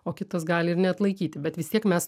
o kitos gali ir neatlaikyti bet vis tiek mes